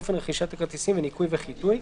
אופן רכישת הכרטיסים וניקוי וחיטוי,